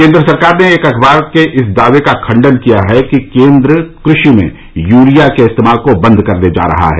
केन्द्र सरकार ने एक अखबार के इस दावे का खंडन किया है कि केन्द्र कृषि में यूरिया के इस्तेमाल को बंद करने जा रहा है